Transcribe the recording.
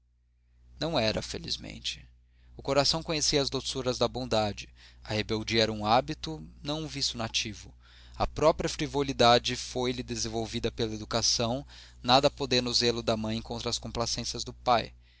não era felizmente o coração conhecia as doçuras da bondade a rebeldia era um hábito não um vício nativo a própria frivolidade foi-lhe desenvolvida pela educação nada podendo o zelo da mãe contra as complacências do pai